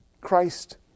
Christ